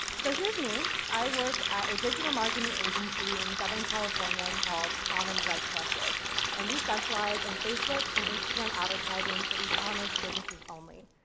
so here's me, i work at a digital marketing agency in southern california called common thread collective and we specialise in facebook and instagram advertising for ecommerce businesses only.